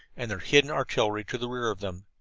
and their hidden artillery to the rear of them.